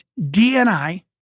DNI